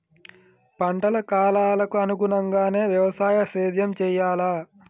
పంటల కాలాలకు అనుగుణంగానే వ్యవసాయ సేద్యం చెయ్యాలా?